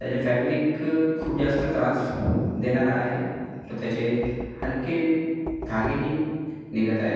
त्याचा फॅब्रिक खूप जास्त त्रास देणारा आहे तर त्याचे हलके धागेही निघत आहेत